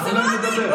תנו להם לדבר.